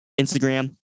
Instagram